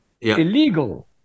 Illegal